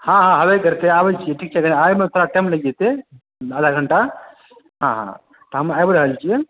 हँ हँ अयबे करतै आबैत छी ठीक छै अगर आबऽमे थोड़ा टाइम लागि जेतै आधा घण्टा हँ हँ तऽ हम आबि रहल छियै